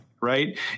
right